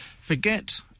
Forget